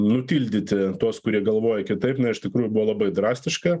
nutildyti tuos kurie galvoja kitaip na iš tikrųjų buvo labai drastiška